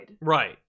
Right